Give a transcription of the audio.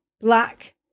black